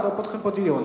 אנחנו לא פותחים פה דיון.